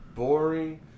Boring